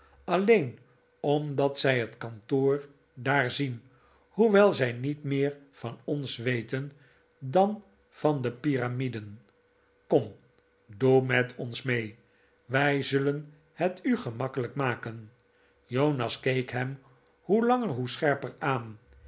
alleen omdat zij het kantoor daar zien hoewel zij niet meer van ons weten dan van de pyramiden kom doe met ons mee wij zullen het u gemakkelijk maken jonas keek hem hoe langer hoe scherper aan